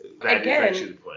Again